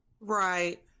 Right